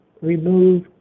remove